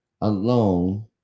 alone